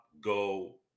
go